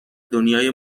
دنیای